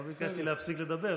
לא ביקשתי להפסיק לדבר.